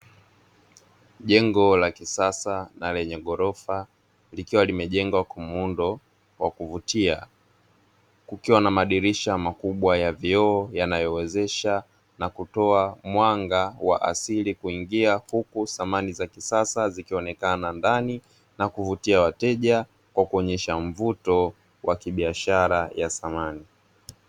Jengo la kisasa na lenye ghorofa likiwa limejengwa kwa muundo wa kuvutia kukiwa na madirisha makubwa ya vioo yanayowezesha kutoa mwanga wa asili kuingia, huku samani za kisasa zikionekana ndani na kuvutia wateja kwa kuonyesha mvuto wa kibiashara ya samani.